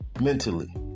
mentally